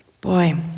Boy